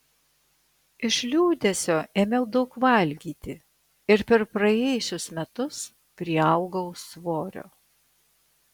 iš liūdesio ėmiau daug valgyti ir per praėjusius metus priaugau svorio